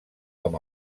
amb